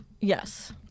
Yes